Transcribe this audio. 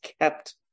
kept